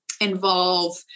involve